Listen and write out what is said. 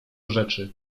rzeczy